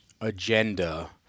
agenda